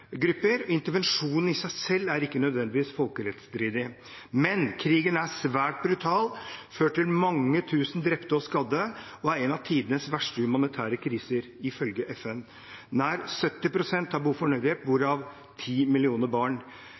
grupper. Intervensjonen i seg selv er ikke nødvendigvis folkerettsstridig, men krigen er svært brutal, har ført til mange tusen drepte og skadde og er en av tidenes verste humanitære kriser, ifølge FN. Nær 70 pst. har behov for nødhjelp, hvorav ti millioner barn.